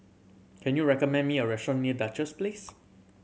can you recommend me a restaurant near Duchess Place